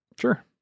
Sure